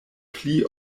pli